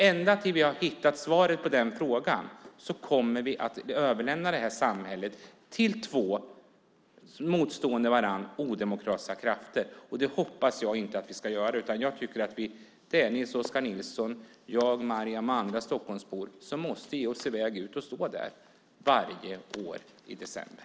Ända tills vi har hittat svaret på detta kommer vi att överlämna detta samhälle till två odemokratiska krafter som står mot varandra. Jag hoppas att vi inte ska göra det, utan vi - Nils Oskar Nilsson, jag och andra Stockholmsbor - måste ge oss i väg ut för att stå där varje år i december.